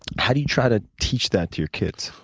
how do you try to teach that to your kids?